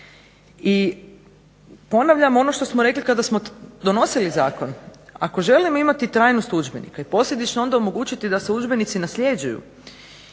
I ponavljam ono što smo rekli kada smo donosili zakon, ako želimo imati trajnost udžbenika i posljedično onda omogućiti da se udžbenici nasljeđuju,